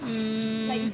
mm